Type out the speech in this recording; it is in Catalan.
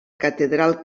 catedral